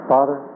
Father